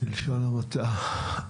בלשון המעטה.